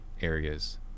areas